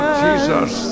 jesus